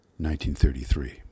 1933